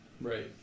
Right